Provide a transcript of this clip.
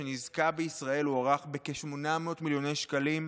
ונזקה בישראל מוערך בכ-800 מיליוני שקלים.